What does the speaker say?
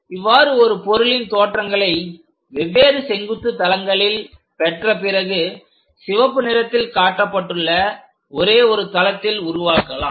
இவ்வாறு ஒரு பொருளின் தோற்றங்களை வெவ்வேறு செங்குத்து தளங்களில் பெற்ற பிறகு சிவப்பு நிறத்தில் காட்டப்பட்டுள்ள ஒரே ஒரு தளத்தில் உருவாக்கலாம்